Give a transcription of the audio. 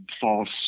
false